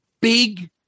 big